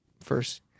first